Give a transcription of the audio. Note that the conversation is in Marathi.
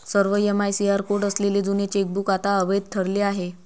सर्व एम.आय.सी.आर कोड असलेले जुने चेकबुक आता अवैध ठरले आहे